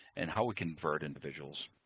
and how we convert individuals.